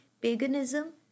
paganism